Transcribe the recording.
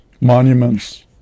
monuments